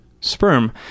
sperm